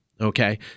Okay